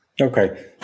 Okay